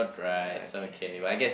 okay